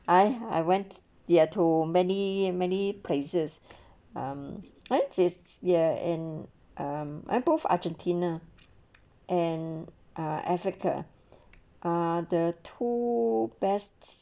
I I went there too many many places um what's this ya and um I both argentina and a africa are the two best